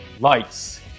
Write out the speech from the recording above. Lights